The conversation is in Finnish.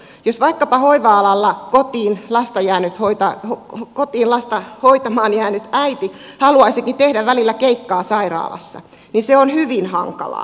jos vaikkapa hoiva alalta kotiin lasta hoitamaan jäänyt äiti haluaisikin tehdä välillä keikkaa sairaalassa niin se on hyvin hankalaa